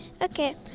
Okay